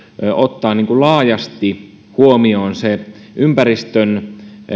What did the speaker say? ottaa laajasti huomioon ympäristön